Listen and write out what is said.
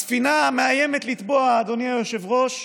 הספינה מאיימת לטבוע, אדוני היושב-ראש,